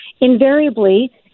Invariably